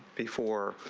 before